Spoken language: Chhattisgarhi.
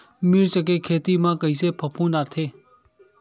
मिर्च के खेती म कइसे फफूंद आथे?